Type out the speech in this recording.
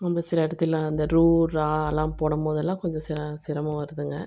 அந்த சில இடத்துல அந்த ரூ ராலாம் போடம் போதெல்லாம் கொஞ்சம் சிர சிரமம் வருதுங்க